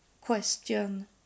question